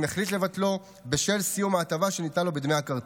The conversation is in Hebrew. יחליט לבטלו בשל סיום ההטבה שניתנה לו בדמי הכרטיס.